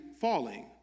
falling